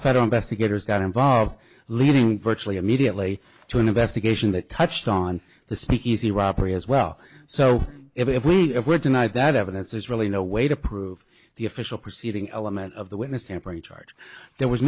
federal investigators got involved leading virtually immediately to an investigation that touched on the speakeasy robbery as well so if we have written i that evidence there's really no way to prove the official proceeding element of the witness tampering charge there was